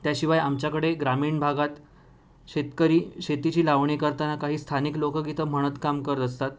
त्याशिवाय आमच्याकडे ग्रामीण भागात शेतकरी शेतीची लावणी करताना काही स्थानिक लोकगीतं म्हणत काम करत असतात